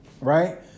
right